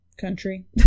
country